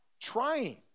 trying